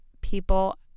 people